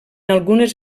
algunes